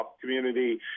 community